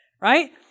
right